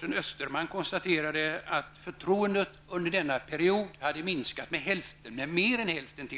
Där konstaterade Torsten Österman att förtroendet under denna period hade minskat med mer än hälften.